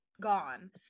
gone